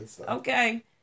okay